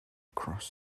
cross